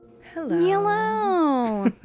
Hello